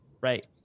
right